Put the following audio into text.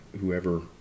whoever